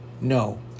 No